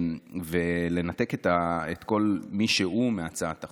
לנתק את כל מי שהוא מהצעת החוק.